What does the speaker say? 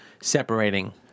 separating